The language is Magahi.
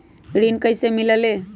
ऋण कईसे मिलल ले?